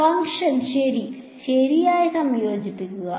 function ശരിയായി സംയോജിപ്പിക്കുക